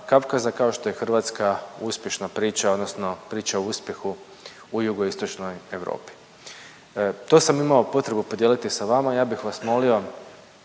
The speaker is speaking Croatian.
kao što je Hrvatska uspješna priča odnosno priča o uspjehu u Jugoistočnoj Europi. To sam imao potrebu podijeliti sa vama. Ja bih vas molio,